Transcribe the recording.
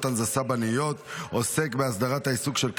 הנדסה בנאיות עוסק בהסדרת העיסוק של קבלנים.